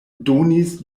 donis